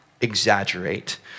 exaggerate